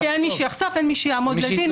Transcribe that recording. אין מי שיעמוד לדין,